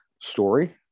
story